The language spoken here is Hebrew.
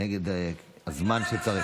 נגד הזמן שצריך.